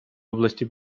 области